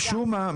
משום מה,